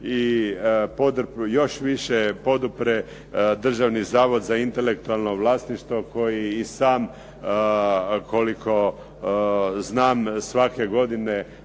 još više Državni zavod za intelektualno vlasništvo koji i sam koliko znam svake godine